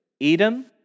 Edom